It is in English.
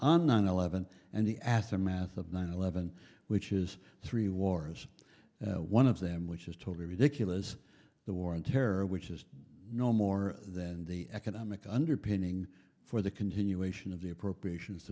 on nine eleven and the aftermath of nine eleven which is three wars one of them which is totally ridiculous the war on terror which is no more than the economic underpinning for the continuation of the appropriations